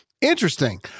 Interesting